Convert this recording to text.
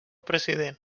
president